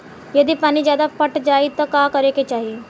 यदि पानी ज्यादा पट जायी तब का करे के चाही?